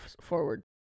forward